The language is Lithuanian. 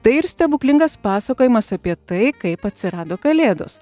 tai ir stebuklingas pasakojimas apie tai kaip atsirado kalėdos